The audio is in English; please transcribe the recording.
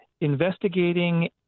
investigating